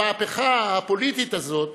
המהפכה הפוליטית הזאת